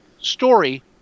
story